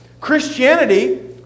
Christianity